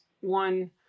one